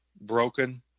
broken